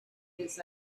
his